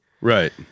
Right